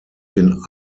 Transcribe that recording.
den